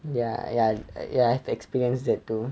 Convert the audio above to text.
ya ya ya I've experienced that too